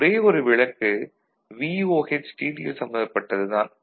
ஒரே ஒரு விலக்கு VOH சம்பந்தப்பட்டது தான்